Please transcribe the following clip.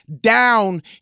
down